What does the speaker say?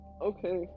Okay